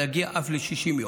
להגיע אף ל-60 יום,